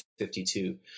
52